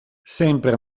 sempre